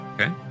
Okay